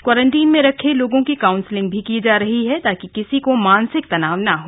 quarantine में रखे लोगों की काउंसलिग भी की जा रही है ताकि किसी को मानसिक तनाव ना हो